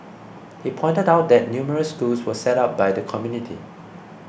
he pointed out that numerous schools were set up by the community